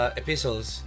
epistles